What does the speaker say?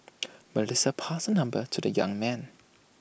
Melissa passed her number to the young man